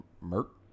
merc